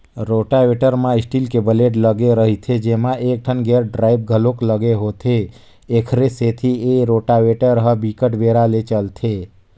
rotavator म steel के blade लगे रहिथे जेमा एकठन गेयर ड्राइव घलोक लगे होथे, एखरे सेती ए रोटावेटर ह बिकट बेरा ले चलथे